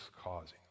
causing